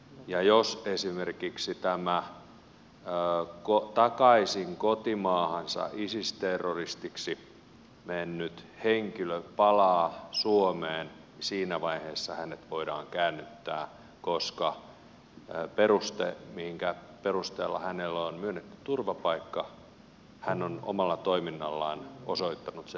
ja jos esimerkiksi tämä takaisin kotimaahansa isis terroristiksi mennyt henkilö palaa suomeen voidaanko hänet siinä vaiheessa käännyttää koska sen perusteen minkä perusteella hänelle on myönnetty turvapaikka hän on omalla toiminnallaan osoittanut turhaksi